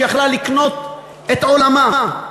שיכלה לקנות את עולמה,